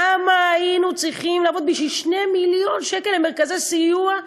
כמה היינו צריכים לעבוד בשביל 2 מיליון שקל למרכזי הסיוע.